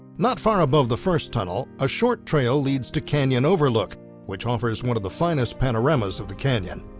not far above the first tunnel, a short trail leads to canyon overlook which offers one of the finest panoramas of the canyon.